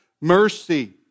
mercy